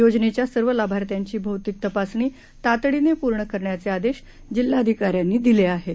योजनेच्यासर्वलाभार्थ्यांचीभौतिकतपासणीतातडीनेपूर्णकरण्याचेआदेशजिल्हाधिकाऱ्यां नीदिलेआहेत